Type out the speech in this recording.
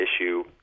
issue